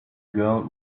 girl